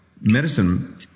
medicine